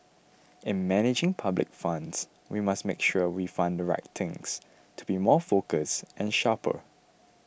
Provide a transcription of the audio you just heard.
in managing public funds we must make sure we fund the right things to be more focused and sharper